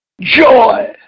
Joy